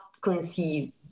conceive